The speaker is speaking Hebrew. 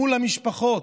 מול המשפחות,